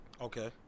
Okay